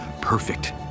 perfect